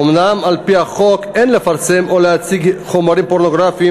אומנם על-פי החוק אין לפרסם או להציג חומרים פורנוגרפיים